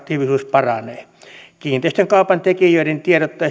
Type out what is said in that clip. paranevat kiinteistökaupan tekijöiden